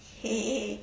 !hey!